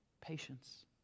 Patience